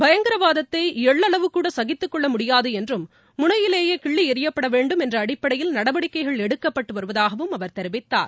பயங்கரவாதத்தை எள்ளளவு கூட சகித்துக் கொள்ள முடியாது என்றும் முனையிலேயே கிள்ளி எறியப்பட வேண்டும் என்ற அடிப்படையில் நடவடிக்கைகள் எடுக்கப்பட்டு வருவதாகவும் அவர் தெரிவித்தார்